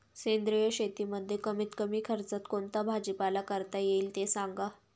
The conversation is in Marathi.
सेंद्रिय शेतीमध्ये कमीत कमी खर्चात कोणता भाजीपाला करता येईल ते सांगा